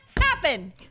happen